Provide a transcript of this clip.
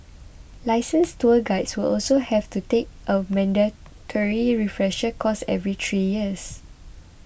licensed tour guides will also have to take a mandatory terry refresher course every three years